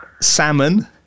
Salmon